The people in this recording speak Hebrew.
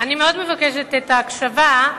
אני מאוד מבקשת הקשבה,